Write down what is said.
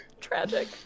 Tragic